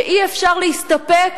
שאי-אפשר להסתפק